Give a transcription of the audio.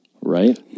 Right